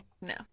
No